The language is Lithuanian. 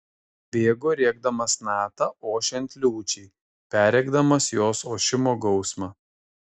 bėgo rėkdamas natą ošiant liūčiai perrėkdamas jos ošimo gausmą